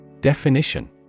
Definition